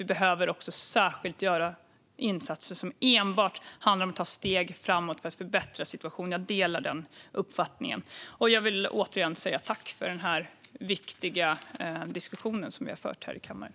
Vi behöver också göra särskilda insatser som enbart handlar om att ta steg framåt för att förbättra situationen. Jag vill återigen säga tack för den viktiga diskussion som vi har fört här i kammaren.